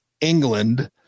England